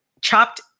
Chopped